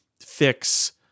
fix